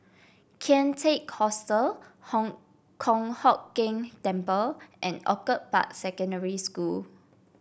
Kian Teck Hostel Hong Kong Hock Keng Temple and Orchid Park Secondary School